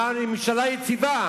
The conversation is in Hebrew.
למען ממשלה יציבה,